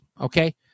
Okay